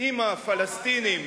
עם הפלסטינים